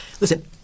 Listen